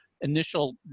initial